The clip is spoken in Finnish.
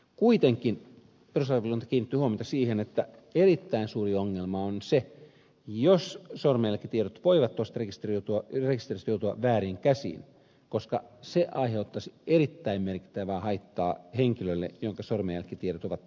kuitenkin perustuslakivaliokunta kiinnitti huomiota siihen että erittäin suuri ongelma on se jos sormenjälkitiedot voivat tuosta rekisteristä joutua vääriin käsiin koska se aiheuttaisi erittäin merkittävää haittaa henkilölle jonka sormenjälkitiedot ovat tuossa rekisterissä